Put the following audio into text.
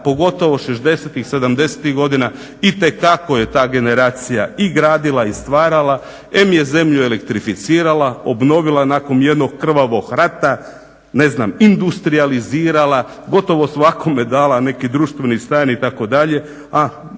pogotovo 60,70 godina itekako je ta generacija i gradila, i stvarala, em je zemlju elektrificirala, obnovila nakon jednog krvavog rata, ne znam, industrijalizirala, gotovo svakome dala neki društveni stan itd.